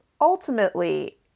ultimately